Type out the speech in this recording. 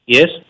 Yes